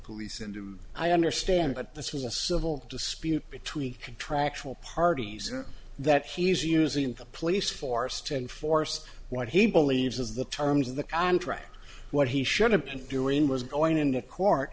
police into i understand that this was a civil dispute between contractual parties that he's using the police force to enforce what he believes is the terms of the contract what he should have been doing was going into court